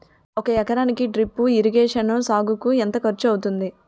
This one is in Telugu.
ఒక ఎకరానికి డ్రిప్ ఇరిగేషన్ సాగుకు ఎంత ఖర్చు అవుతుంది?